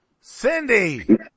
cindy